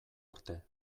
arte